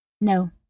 No